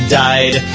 died